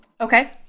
Okay